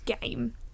game